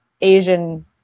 Asian